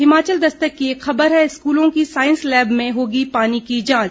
हिमाचल दस्तक की एक खबर है स्कूलों की साईंस लैब में होगी पानी की जांच